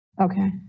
Okay